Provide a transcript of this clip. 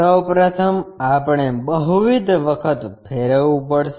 સૌ પ્રથમ આપણે બહુવિધ વખત ફેરવવું પડશે